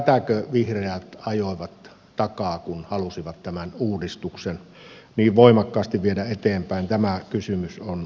tätäkö vihreät ajoivat takaa kun halusivat tämän uudistuksen niin voimakkaasti viedä eteenpäin tämä kysymys on pakko heittää